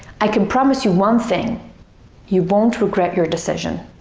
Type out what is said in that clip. i can promise you one thing you won't regret your decision